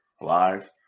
live